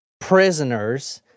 prisoners